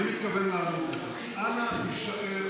אני מתכוון לענות לך, אנא הישאר